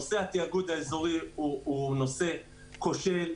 נושא התיאגוד האזורי הוא נושא כושל,